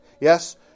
Yes